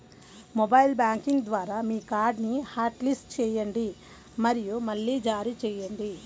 mobile banking ద్వారా మీ కార్డ్ని హాట్లిస్ట్ చేయండి మరియు మళ్లీ జారీ చేయండి